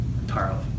entirely